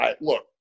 Look